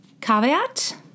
Caveat